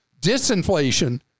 Disinflation